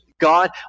God